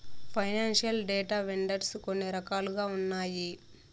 financial data vendors కొన్ని రకాలుగా ఉన్నాయి